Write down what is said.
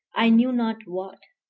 i knew not what.